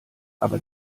aber